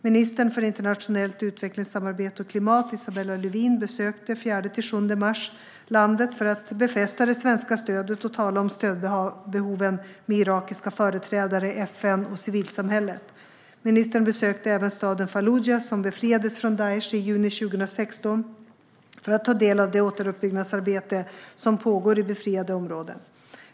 Ministern för internationellt utvecklingssamarbete och klimat, Isabella Lövin, besökte den 4-7 mars landet för att befästa det svenska stödet och tala om stödbehoven med irakiska företrädare, FN och civilsamhället. Ministern besökte även staden Falluja, som befriades från Daish i juni 2016, för att ta del av det återuppbyggnadsarbete som pågår i befriade områden.